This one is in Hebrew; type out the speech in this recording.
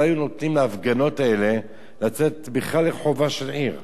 לא היו נותנים להפגנות האלה לצאת בכלל לרחובה של עיר.